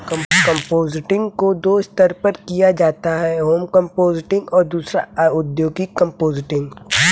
composting को दो स्तर पर किया जाता है होम कंपोस्टिंग और दूसरा औद्योगिक कंपोस्टिंग